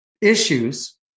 issues